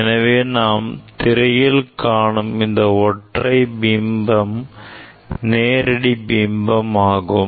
எனவே நாம் திரையில் காணும் இந்த ஒற்றை பிம்பம் நேரடி பிம்பம் ஆகும்